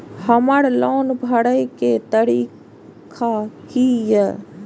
हमर लोन भरए के तारीख की ये?